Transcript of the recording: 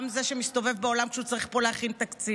גם זה שמסתובב בעולם כשהוא צריך פה להכין תקציב,